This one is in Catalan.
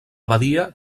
badia